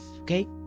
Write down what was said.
okay